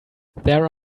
there